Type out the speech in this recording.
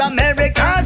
America